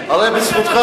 הרי בזכותך